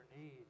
need